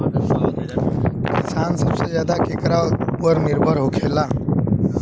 किसान सबसे ज्यादा केकरा ऊपर निर्भर होखेला?